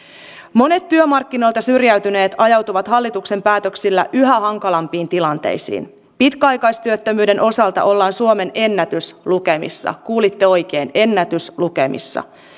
monet työmarkkinoilta syrjäytyneet ajautuvat hallituksen päätöksillä yhä hankalampiin tilanteisiin pitkäaikaistyöttömyyden osalta ollaan suomen ennätyslukemissa kuulitte oikein ennätyslukemissa